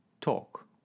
talk